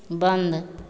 बन्द